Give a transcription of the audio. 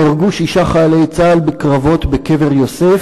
נהרגו שישה חיילי צה"ל בקרבות בקבר-יוסף.